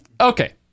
Okay